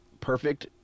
perfect